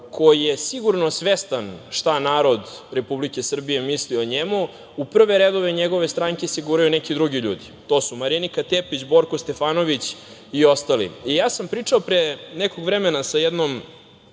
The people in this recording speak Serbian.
koji je sigurno svestan šta narod Republike Srbije misli o njemu, u prve redove njegove stranke se guraju neki drugi ljudi. To su Marinika Tepić, Borko Stefanović i ostali. Pričao sam pre nekog vremena sa jednom